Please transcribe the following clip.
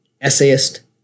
essayist